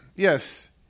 Yes